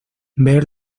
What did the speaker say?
ver